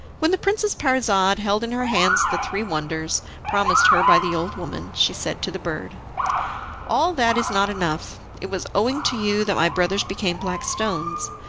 when the princess parizade held in her hands the three wonders promised her by the old woman, she said to the bird all that is not enough. it was owing to you that my brothers became black stones.